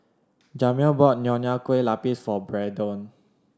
Jamir bought Nonya Kueh Lapis for Braedon